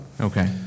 Okay